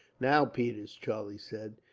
now, peters, charlie said,